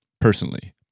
personally